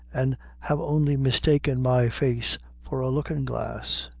an' have only mistaken my face for a lookin'-glass.